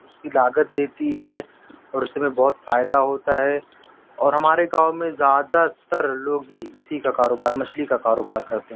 اس کی لاگت دیتی ہے اور اس میں بہت فائدہ ہوتا ہے اور ہمارے گاؤں میں زیادہ تر لوگ اسی کا کاروبار مچھلی کا کاروبار کرتے